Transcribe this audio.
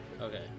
Okay